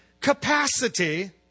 capacity